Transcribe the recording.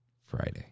Friday